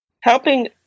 Helping